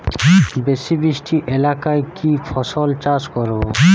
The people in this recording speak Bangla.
বেশি বৃষ্টি এলাকায় কি ফসল চাষ করব?